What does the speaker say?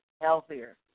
healthier